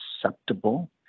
susceptible